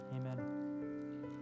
Amen